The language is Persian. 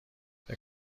فکر